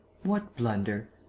what blunder?